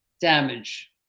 damage